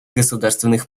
государственных